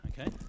okay